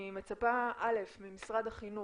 אני מצפה, א', ממשרד החינוך